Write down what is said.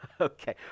Okay